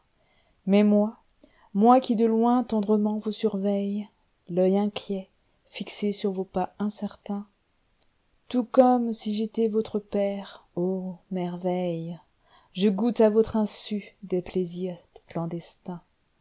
mais moi moi qui de loin tendrement vous surveille l'œil inquiet fiyé sur vos pas incertains tout comme si j'étais votre père ô merveille je goûte a votre insu des plaisirs clandestins